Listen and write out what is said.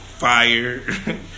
Fire